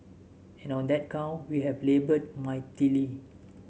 and on that count we have laboured mightily